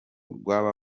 rw’aba